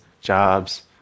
jobs